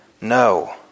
No